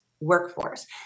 workforce